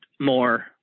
more